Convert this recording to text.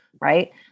Right